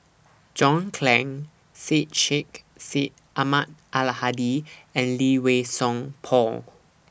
John Clang Syed Sheikh Syed Ahmad Al Hadi and Lee Wei Song Paul